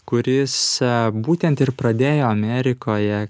kuris būtent ir pradėjo amerikoje